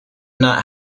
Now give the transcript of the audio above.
not